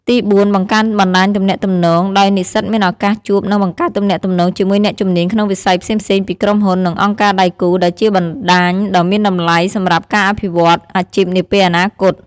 ទីបួន បង្កើនបណ្តាញទំនាក់ទំនង ដោយនិស្សិតមានឱកាសជួប និងបង្កើតទំនាក់ទំនងជាមួយអ្នកជំនាញក្នុងវិស័យផ្សេងៗពីក្រុមហ៊ុន និងអង្គការដៃគូ ដែលជាបណ្តាញដ៏មានតម្លៃសម្រាប់ការអភិវឌ្ឍអាជីពនាពេលអនាគត។